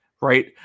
right